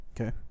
Okay